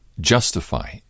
justify